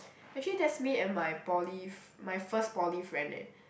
actually that's me and my poly f~ my first poly friend eh